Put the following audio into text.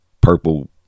purple